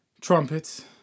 Trumpets